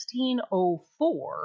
$16.04